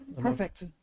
Perfect